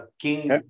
King